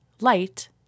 light